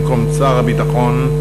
במקום שר הביטחון,